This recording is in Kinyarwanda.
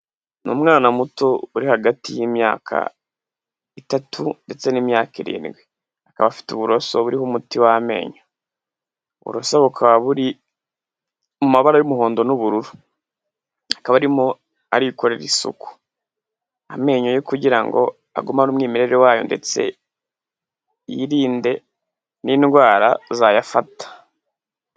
Ni umwana muto uri hagati y'imyaka itatu ndetse n'imyaka irindwi. Akaba afite uburoso buriho umuti w'amenyo. Uburoso bukaba buri mu mabara y'umuhondo n'ubururu. Akaba arimo arikorera isuku, amenyo ye kugira ngo agumane umwimerere wayo ndetse yirinde n'indwara zayafata.